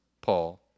Paul